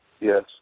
Yes